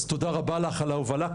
אז תודה רבה לך על ההובלה.